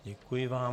Děkuji vám.